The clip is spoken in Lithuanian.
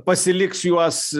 pasiliks juos